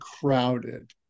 crowded